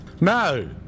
No